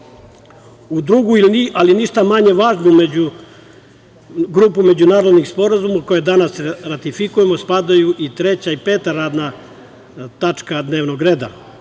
drugoj, ali ništa manje važnoj grupi međunarodnih sporazuma koje danas ratifikujemo spadaju i treća i peta radna tačka dnevnog reda.